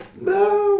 no